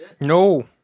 No